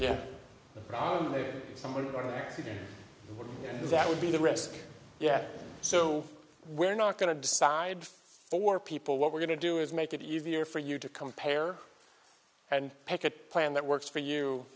to someone that would be the rest yeah so we're not going to decide for people what we're going to do is make it easier for you to compare and pick a plan that works for you